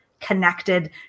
connected